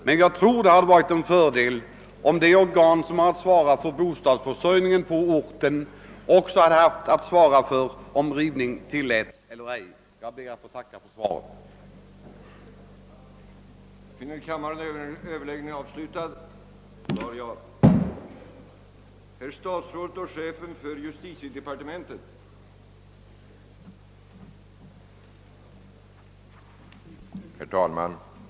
Det hade dock varit en fördel om de organ som har att svara för bostadsförsörjningen på orten också hade fått uppgiften att svara för frågan, om rivning skall tillåtas eller ej. Jag ber än en gång att få tacka statsrådet för svaret på min fråga.